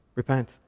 Repent